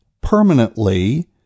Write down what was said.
permanently